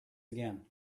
again